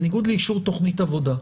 בניגוד לאישור תוכנית עבודה,